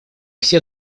все